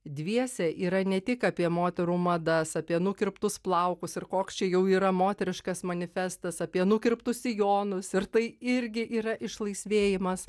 dviese yra ne tik apie moterų madas apie nukirptus plaukus ir koks čia jau yra moteriškas manifestas apie nukirptus sijonus ir tai irgi yra išlaisvėjimas